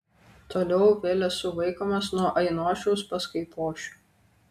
toliau vėl esu vaikomas nuo ainošiaus pas kaipošių